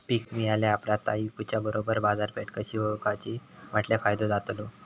पीक मिळाल्या ऑप्रात ता इकुच्या बरोबर बाजारपेठ कशी ओळखाची म्हटल्या फायदो जातलो?